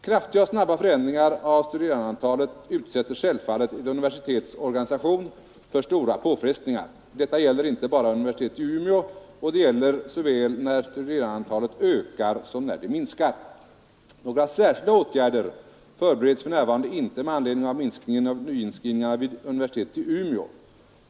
Kraftiga och snabba förändringar av studerandeantalet utsätter självfallet ett universitets organisation för stora påfrestningar. Detta gäller inte bara universitetet i Umeå och det gäller såväl när studerandeantalet ökar som när det minskar. Några särskilda åtgärder förbereds för närvarande inte med anledning av minskningen av nyinskrivningarna vid universitetet i Umeå.